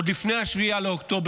עוד לפני 7 באוקטובר,